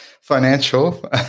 financial